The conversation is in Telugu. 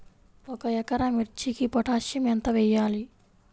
ఒక ఎకరా మిర్చీకి పొటాషియం ఎంత వెయ్యాలి?